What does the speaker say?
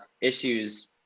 issues